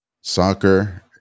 soccer